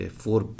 four